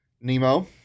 Nemo